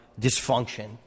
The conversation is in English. dysfunction